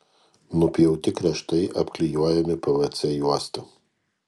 nupjauti kraštai apklijuojami pvc juosta